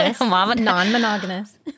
non-monogamous